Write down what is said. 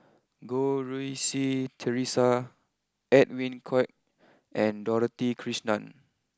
Goh Rui Si Theresa Edwin Koek and Dorothy Krishnan